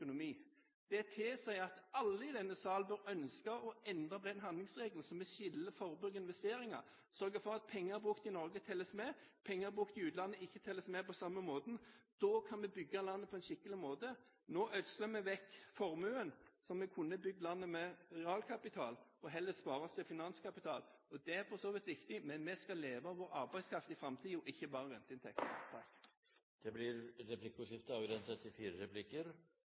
at alle i denne sal bør ønske å endre den handlingsregelen slik at vi skiller mellom forbruk og investeringer, sørger for at penger brukt i Norge telles med, og at penger brukt i utlandet ikke telles med på den samme måten. Da kan vi bygge landet på en skikkelig måte. Nå ødsler vi vekk formuen. Så vi kunne bygd landet med realkapital og heller spare finanskapitalen. Det er for så vidt viktig, men vi skal leve av vår arbeidskraft i framtiden, ikke bare av renteinntekter. Det blir replikkordskifte.